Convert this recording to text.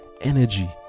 energy